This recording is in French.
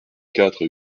quatre